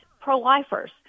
pro-lifers